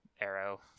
arrow